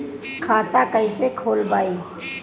खाता कईसे खोलबाइ?